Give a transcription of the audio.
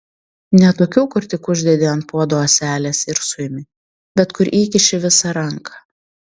ne tokių kur tik uždedi ant puodo ąselės ir suimi bet kur įkiši visą ranką